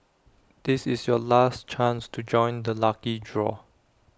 this is your last chance to join the lucky draw